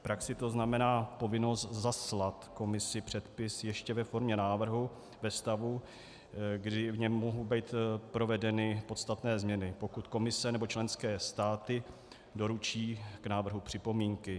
V praxi to znamená povinnost zaslat Komisi předpis ještě ve formě návrhu ve stavu, kdy v něm mohou být provedeny podstatné změny, pokud Komise nebo členské státy doručí k návrhu připomínky.